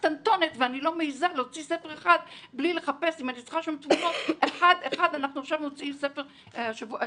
הייתה מלחמה על עצם העובדה שאנחנו נקרא סופרים ישראלים,